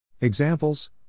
Examples